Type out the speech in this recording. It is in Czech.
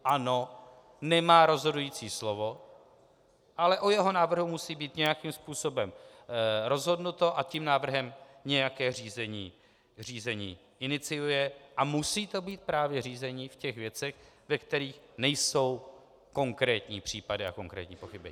Ano, nemá rozhodující slovo, ale o jeho návrhu musí být nějakým způsobem rozhodnuto a tím návrhem nějaké řízení iniciuje a musí to být právě řízení v těch věcech, ve kterých nejsou konkrétní případy a konkrétní pochybení.